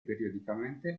periodicamente